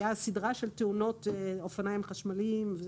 הייתה סדרה של תאונות אופניים חשמליים.